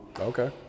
Okay